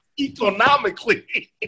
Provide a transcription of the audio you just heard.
economically